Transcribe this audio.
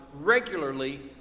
regularly